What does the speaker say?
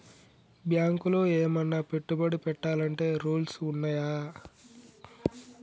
బ్యాంకులో ఏమన్నా పెట్టుబడి పెట్టాలంటే రూల్స్ ఉన్నయా?